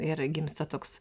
ir gimsta toks